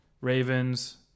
Ravens